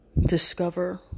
discover